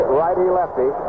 righty-lefty